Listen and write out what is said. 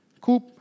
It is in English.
coop